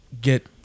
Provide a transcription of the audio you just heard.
get